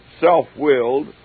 self-willed